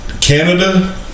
Canada